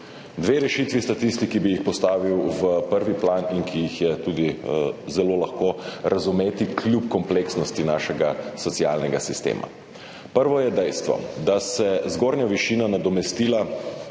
Dve rešitvi sta tisti, ki bi ju postavil v prvi plan in ki jih je tudi zelo lahko razumeti, kljub kompleksnosti našega socialnega sistema. Prvo je dejstvo, da se zgornja višina starševskega